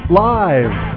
live